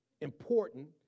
important